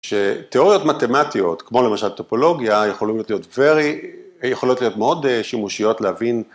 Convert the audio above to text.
שתיאוריות מתמטיות, כמו למשל טופולוגיה, יכולים להיות very... יכולות להיות מאוד שימושיות להבין ...